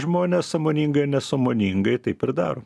žmonės sąmoningai ar nesąmoningai taip ir daro